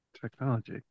technology